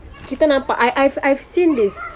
kita nampak I've I've I've seen this